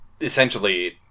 essentially